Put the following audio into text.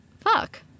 fuck